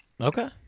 Okay